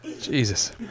Jesus